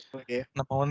okay